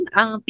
ang